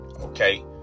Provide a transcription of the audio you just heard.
okay